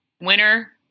winner